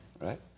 right